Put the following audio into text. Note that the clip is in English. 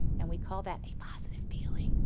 and we call that a positive feeling.